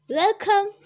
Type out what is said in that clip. welcome